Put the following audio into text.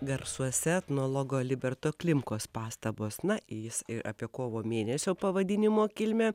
garsuose etnologo liberto klimkos pastabos na jis ir apie kovo mėnesio pavadinimo kilmę